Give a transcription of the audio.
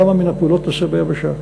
כמה מן הפעולות תעשה ביבשה.